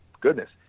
goodness